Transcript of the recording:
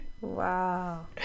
Wow